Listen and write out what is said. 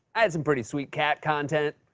i had some pretty sweet cat content.